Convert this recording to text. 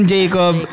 Jacob